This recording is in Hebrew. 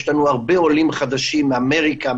יש לנו הרבה עולים חדשים מאמריקה,